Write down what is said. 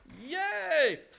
Yay